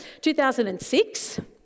2006